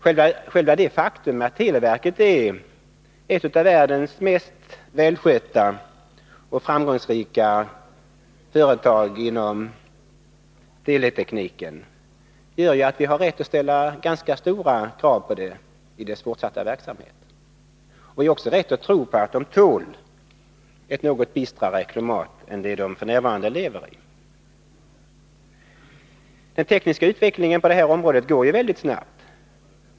Själva det faktum att televerket är ett av världens mest välskötta och framgångsrika företag inom teletekniken gör att vi har rätt att ställa ganska stora krav på det i dess fortsatta verksamhet. Vi har också rätt att tro att det tål ett något bistrare klimat än det man f. n. lever i. Den tekniska utvecklingen på detta område går väldigt snabbt.